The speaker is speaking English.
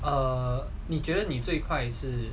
err 你觉得你最快是